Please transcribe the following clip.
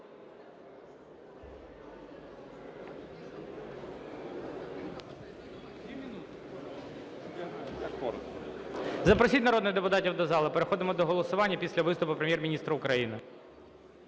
Запросіть народних депутатів до зали, переходимо до голосування після виступу Прем'єр-міністра України.